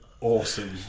awesome